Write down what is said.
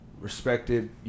respected